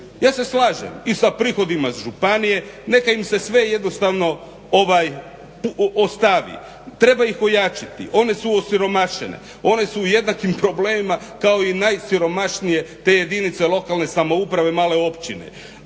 Ja se slažem i sa prihodima županije, neka im se sve jednostavno ostavi. Treba ih ojačati, one su osiromašene, one su u jednakim problemima kao i najsiromašnije te jedinice lokalne samouprave, male općine.